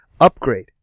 Upgrade